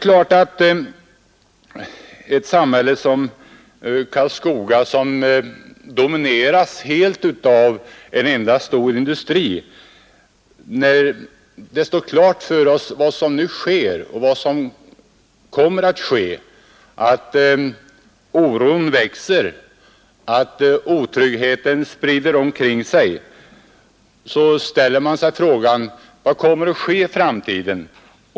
I ett samhälle som Karlskoga, som domineras helt av en enda stor industri, är det naturligt att oron växer och en känsla av otrygghet sprider sig när man ser vad som nu sker. Man ställer sig frågan: Vad kommer att hända i framtiden?